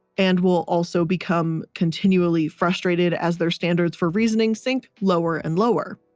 and we'll also become continually frustrated as their standards for reasoning sink lower and lower.